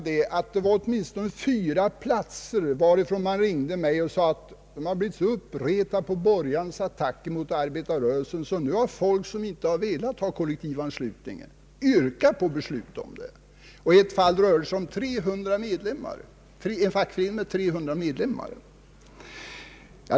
Från minst fyra platser har man ringt mig och sagt att man blivit så uppretad på de borgerliga attackerna mot ar betarrörelsen att nu har de som inte önskat kollektivanslutning yrkat på beslut härom. I ett fall rörde det sig om en fackförening med 300 medlemmar.